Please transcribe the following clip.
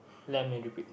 let me repeat